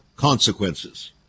consequences